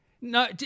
No